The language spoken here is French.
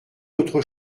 votre